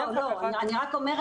לא, לא, אני רק אומרת.